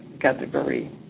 category